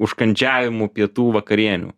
užkandžiavimų pietų vakarienių